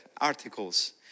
articles